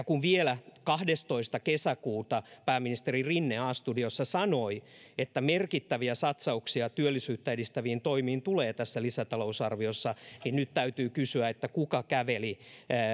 kun vielä kahdestoista kesäkuuta pääministeri rinne a studiossa sanoi että merkittäviä satsauksia työllisyyttä edistäviin toimiin tulee tässä lisätalousarviossa niin nyt täytyy kysyä kuka käveli